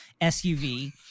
SUV